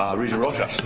regent rocha.